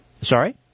Sorry